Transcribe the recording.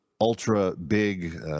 ultra-big